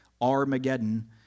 Armageddon